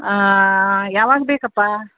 ಹಾಂ ಯಾವಾಗ ಬೇಕಪ್ಪಾ